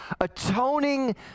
atoning